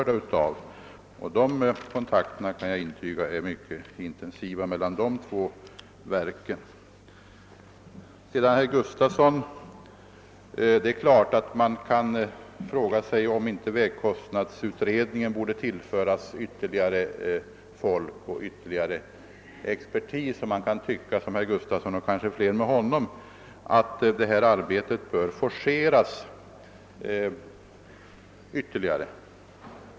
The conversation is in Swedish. Det är klart, herr Gustafson Göteborg, att man kan fråga sig, om inte vägkostnadsutredningen borde tillföras ytteriigare folk och ytterligare expertis. Man kan tycka som herr Gustafson, och det är kanske fler än han som tycker att det här arbetet skulle kunna forceras ytterligare.